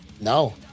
No